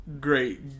great